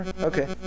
Okay